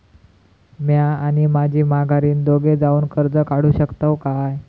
म्या आणि माझी माघारीन दोघे जावून कर्ज काढू शकताव काय?